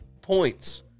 points